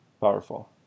powerful